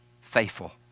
faithful